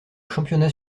championnat